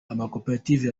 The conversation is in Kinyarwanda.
amakoperative